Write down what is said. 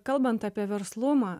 kalbant apie verslumą